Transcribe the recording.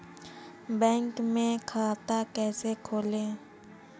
Bank में खाता कैसे खोलें?